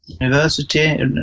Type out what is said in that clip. university